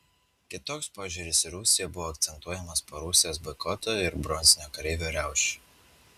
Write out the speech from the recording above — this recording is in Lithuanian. kitoks požiūris į rusiją buvo akcentuojamas po rusijos boikoto ir bronzinio kareivio riaušių